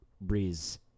Breeze